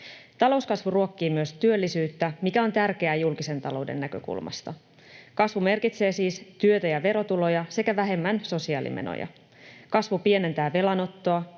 Talouskasvu ruokkii myös työllisyyttä, mikä on tärkeää julkisen talouden näkökulmasta. Kasvu merkitsee siis työtä ja verotuloja sekä vähemmän sosiaalimenoja. Kasvu pienentää velanottoa